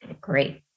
great